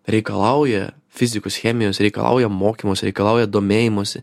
reikalauja fizikos chemijos reikalauja mokymosi reikalauja domėjimosi